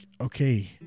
okay